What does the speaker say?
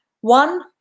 One